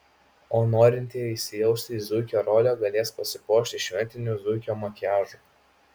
o norintieji įsijausti į zuikio rolę galės pasipuošti šventiniu zuikio makiažu